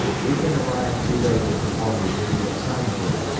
egan arrived too late to perform the duty assigned to him,